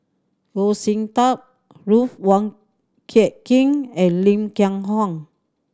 Goh Sin Tub Ruth Wong Hie King and Lim Kiang Hng